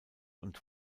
und